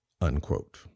unquote